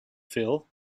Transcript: phil